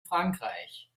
frankreich